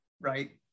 right